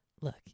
Look